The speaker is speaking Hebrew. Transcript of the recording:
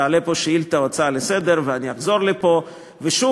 תעלה פה שאילתה או הצעה לסדר-היום ואני אחזור לפה ושוב